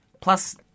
Plus